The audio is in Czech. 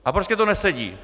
A prostě to nesedí!